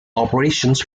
operations